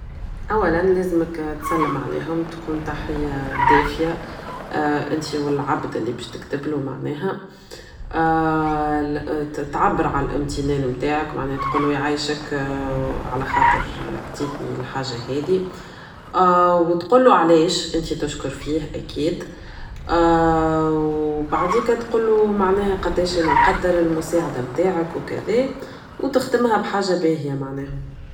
اولا لازمك تسلم عليهم تكون تحية دافية انت و العبد اللي بش تكتبلو معناها تعبر عن الامتنان متاعك تقلو يعيشك على خاطر عطيتني الحاجة هادي و تقولو علاش انت تشكر فيه اكيد و بعديكا تقلو معناه قداش انا نقدر المساعدة متاعك و كدا و تختمها ب حاجة باهية معناها